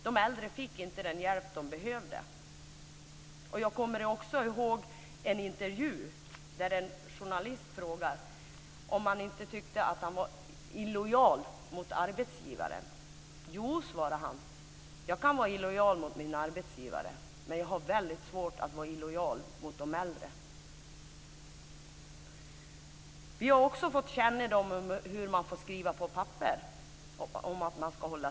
De äldre fick inte den hjälp som de behövde. Jag kommer också ihåg en intervju där en journalist frågar en man om han inte tyckte att han var illojal mot arbetsgivaren. Jo, svarade mannen, jag kan vara illojal mot min arbetsgivare men jag har väldigt svårt att vara illojal mot de äldre. Vidare har vi fått kännedom om hur man får skriva på papper om att hålla tyst.